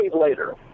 later